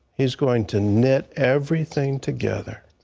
he is going to knit everything together.